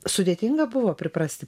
sudėtinga buvo priprasti